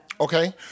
Okay